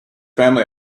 family